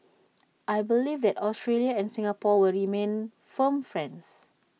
I believe that Australia and Singapore will remain firm friends